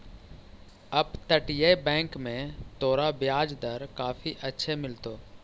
अपतटीय बैंक में तोरा ब्याज दर काफी अच्छे मिलतो